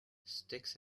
sticks